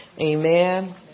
amen